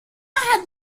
had